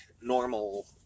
normal